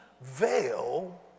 veil